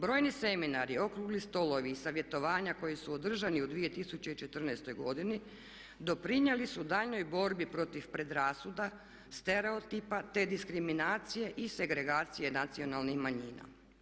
Brojni seminari, okrugli stolovi, savjetovanja koji su održani u 2014. godini doprinijeli su daljnjoj borbi protiv predrasuda, stereotipa te diskriminacije i segregacije nacionalnih manjina.